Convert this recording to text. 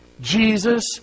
Jesus